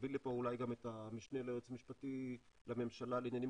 להביא לפה אולי גם את המשנה ליועץ המשפטי לממשלה לעניינים